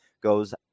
goes